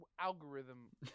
algorithm